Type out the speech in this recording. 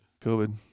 COVID